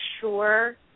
sure